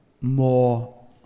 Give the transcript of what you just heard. more